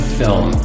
film